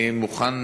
אני מוכן,